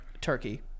Turkey